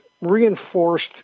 reinforced